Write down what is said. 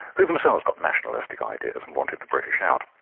who themselves got nationalistic ideas and wanted the british out.